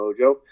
mojo